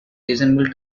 reasonable